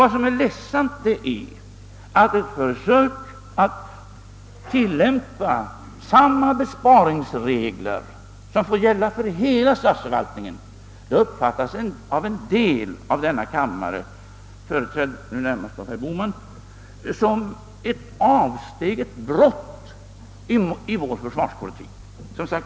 Vad som är ledsamt är att ett försök att på försvaret tillämpa samma besparingsregler som gäller för hela statsförvaltningen av en del ledamöter av denna kammare — nu närmast företrädda av herr Bohman — uppfattas som ett brott mot vår försvarspolitik.